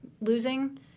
losing